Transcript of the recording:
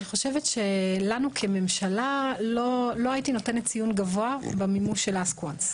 אני חושבת שלנו כממשלה לא הייתי נותנת ציון גבוה במימוש של ask once.